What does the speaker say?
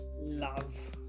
Love